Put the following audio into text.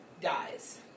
dies